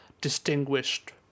distinguished